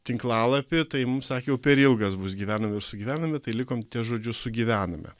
tinklalapį tai mums sakė jau per ilgas bus gyvename ir sugyvename tai likom ties žodžiu sugyvename